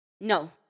No